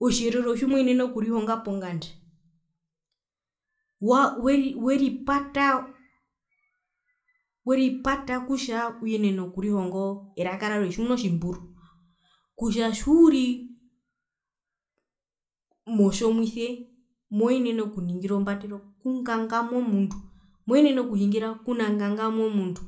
otjiherero tjimoenene okurihonga ponganda wa we weripata weripata kutja uyenene okurihonga eraka rarwe tjimuna otjimburu kutja tjiuri mo tjomuise moenene okuningira ombatero kukangamwa omundu moenene okuhingira kuna kangamwa omundu